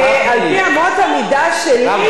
על-פי אמות המידה שלי, הרב